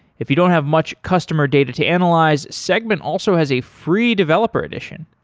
if you don't have much customer data to analyze, segment also has a free developer edition.